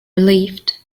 relieved